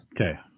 Okay